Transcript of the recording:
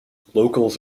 locals